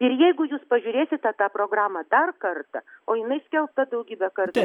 ir jeigu jūs pažiūrėsite tą programą dar kartą o jinai skelbta daugybę kartų